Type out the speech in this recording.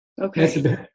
Okay